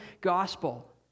gospel